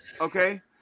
okay